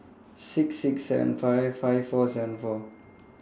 six six seven five five four seven four